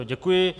Děkuji.